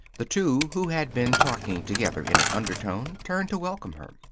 the two, who had been talking together in an undertone, turned to welcome her.